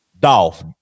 Dolph